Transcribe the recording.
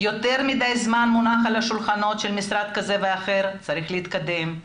יותר מדי זמן מונח על השולחנות של משרד כזה ואחר וצריך להתקדם.